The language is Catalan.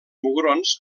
mugrons